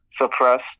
suppress